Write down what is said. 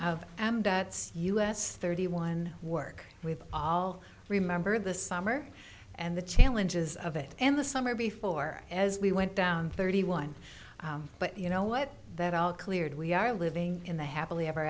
of and that's us thirty one work we all remember the summer and the challenges of it and the summer before as we went down thirty one but you know what that all cleared we are living in the happily ever